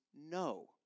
no